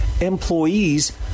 employees